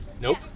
Nope